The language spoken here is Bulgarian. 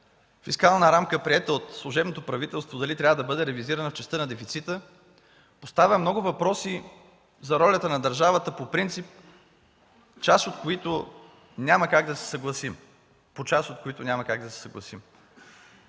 фискална рамка, приета от служебното правителство, дали трябва да бъде ревизирана в частта на дефицита, поставя много въпроси за ролята на държавата по принцип, по част от които няма как да се съгласим. Не икономиката се създава